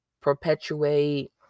perpetuate